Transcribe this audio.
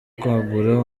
kwagura